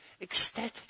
ecstatic